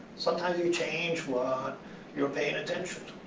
sometimes you change what you're paying attention to.